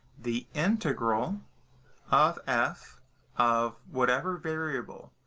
the integral of f of whatever variable.